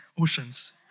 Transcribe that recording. Oceans